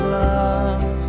love